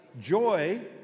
joy